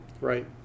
Right